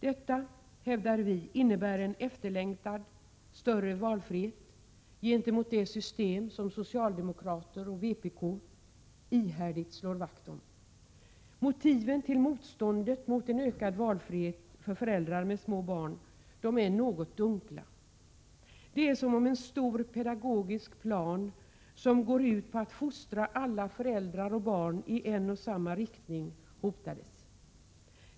Detta innebär en efterlängtad större valfrihet gentemot det system som socialdemokrater och vpk ihärdigt slår vakt om. Motiven till motståndet mot ökad valfrihet för föräldrar med små barn är något dunkla. Det är som om en stor, pedagogisk plan som går ut på att fostra alla föräldrar och barn i en och samma riktning hotades.